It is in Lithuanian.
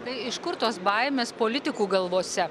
tai iš kur tos baimės politikų galvose